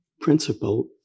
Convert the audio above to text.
principle